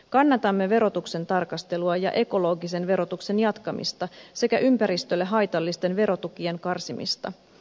kannatamme verotuksen tarkastelua ja ekologisen verotuksen jatkamista sekä ympäristölle haitallisten verotukien karsimista